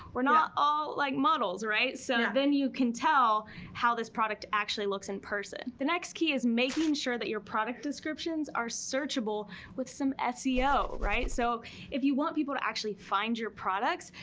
we're not all like models, right? so then you can tell how this product actually looks in person. the next key is making sure that your product descriptions are searchable with some seo. right, so if you want people to actually find your products,